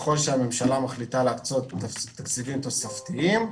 וככל שהממשלה מחליטה להקצות תקציבים תוספתיים,